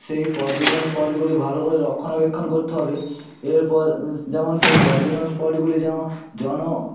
সেই পর্যটন স্পটগুলি ভালো করে রক্ষণাবেক্ষণ করতে হবে এরপর যেমন সেই পর্যটন স্পটগুলি যেন জন